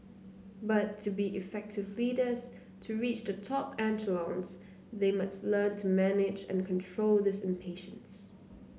but to be effective leaders to reach the top echelons they must learn to manage and control this impatience